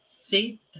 See